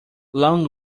long